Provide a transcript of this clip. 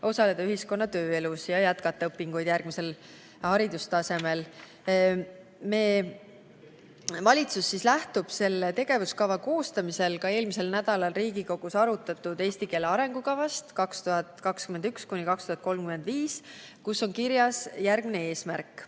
osaleda ühiskonna- ja tööelus ja jätkata õpinguid järgmisel haridustasemel. Valitsus lähtub selle tegevuskava koostamisel ka eelmisel nädalal Riigikogus arutatud eesti keele arengukavast 2021–2035, kus on kirjas järgmine eesmärk: